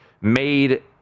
made